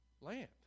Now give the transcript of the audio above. Land